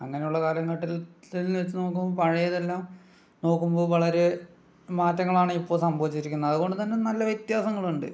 അങ്ങനെയുള്ള കാലഘട്ടത്തിൽ വച്ചു നോക്കുമ്പോൾ പഴയതെല്ലാം നോക്കുമ്പോ വളരെ മാറ്റങ്ങളാണ് ഇപ്പോൾ സംഭവിച്ചിരിക്കുന്നത് അതുകൊണ്ടു തന്നെ നല്ല വ്യത്യാസങ്ങളുണ്ട്